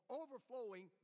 overflowing